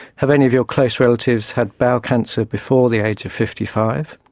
have any of your close relatives had bowel cancer before the age of fifty five?